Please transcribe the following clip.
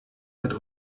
hat